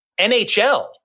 NHL